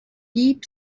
deep